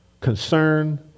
concern